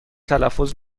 تلفظ